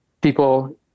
people